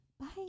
Bye